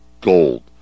gold